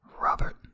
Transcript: Robert